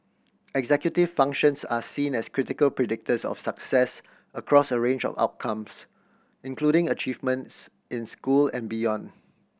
executive functions are seen as critical predictors of success across a range of outcomes including achievements in school and beyond